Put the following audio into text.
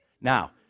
Now